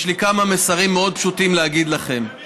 יש לי כמה מסרים מאוד פשוטים להגיד לכם.